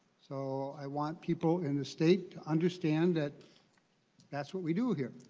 so i want people in the state to understand that that's what we do here.